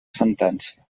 sentència